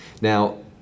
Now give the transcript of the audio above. Now